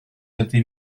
ydy